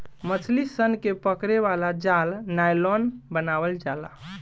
मछली सन के पकड़े वाला जाल नायलॉन बनावल जाला